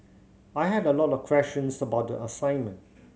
I had a lot of questions about the assignment